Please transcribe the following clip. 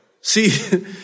See